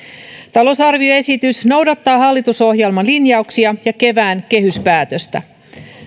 talousarvioesitys noudattaa hallitusohjelman linjauksia ja kevään kehyspäätöstä